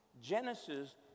Genesis